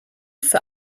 für